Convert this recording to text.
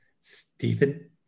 Stephen